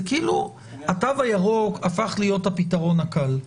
זה כאילו התו הירוק הפך להיות הפתרון הקל.